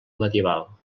medieval